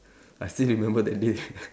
I still remember that day